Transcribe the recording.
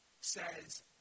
says